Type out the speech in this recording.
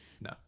No